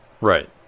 Right